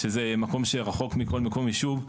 שזה מקום שרחוק מכל מקום יישוב,